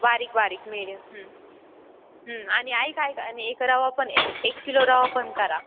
बारीक बारीक मिडियम आणि ऐका ऐका आणि एक रवा पण एक एक किलो रवा पण करा